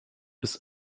ist